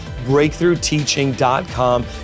BreakthroughTeaching.com